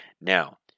now